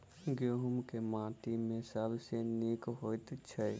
गहूम केँ माटि मे सबसँ नीक होइत छै?